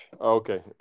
Okay